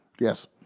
Yes